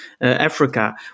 Africa